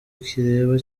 kireba